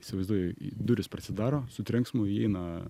įsivaizduoji durys prasidaro su trenksmu įeina